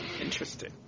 interesting